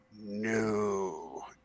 No